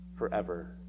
forever